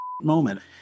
moment